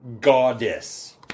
Goddess